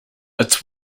its